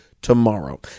Tomorrow